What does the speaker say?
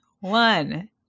One